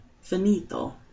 finito